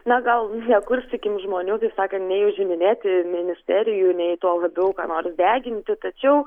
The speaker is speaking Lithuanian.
na gal nekurstykim žmonių taip sakant nei užiminėti ministerijų nei tuo labiau ką nors deginti tačiau